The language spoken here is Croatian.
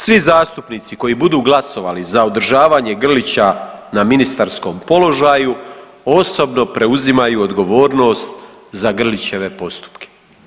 Svi zastupnici koji budu glasovali za održavanje Grlića na ministarskom položaju osobno preuzimaju odgovornost za Grlićeve postupke.